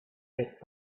bit